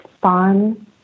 fun